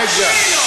רגע,